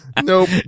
Nope